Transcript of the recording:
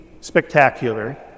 spectacular